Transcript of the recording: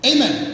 Amen